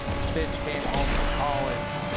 stitch came home from college,